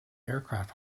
aircraft